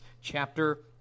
chapter